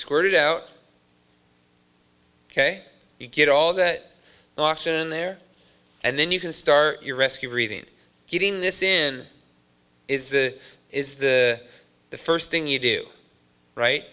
squirted out ok you get all that option there and then you can start your rescue reading getting this in is the is the the first thing you do right